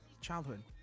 childhood